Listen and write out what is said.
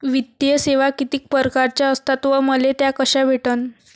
वित्तीय सेवा कितीक परकारच्या असतात व मले त्या कशा भेटन?